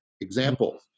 Example